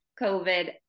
COVID